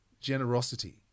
generosity